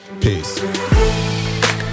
Peace